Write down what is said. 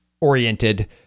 oriented